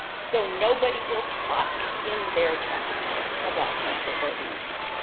so nobody will talk in their texts about microorganisms.